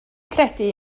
credu